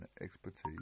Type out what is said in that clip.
expertise